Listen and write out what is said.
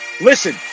Listen